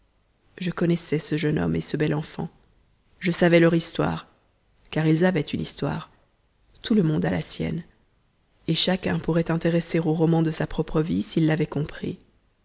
je connaissais ce jeune homme et ce bel enfant je savais leur histoire car ils avaient une histoire tout le monde a la sienne et chacun pourrait intéresser au roman de sa propre vie s'il l'avait compris